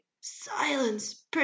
silence